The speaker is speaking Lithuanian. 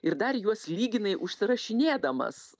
ir dar juos lyginai užsirašinėdamas